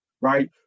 right